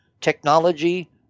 technology